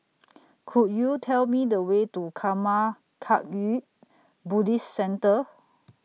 Could YOU Tell Me The Way to Karma Kagyud Buddhist Centre